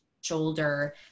shoulder